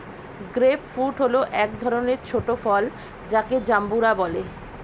grape fruit হল এক ধরনের ছোট ফল যাকে জাম্বুরা বলে